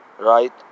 Right